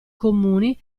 comuni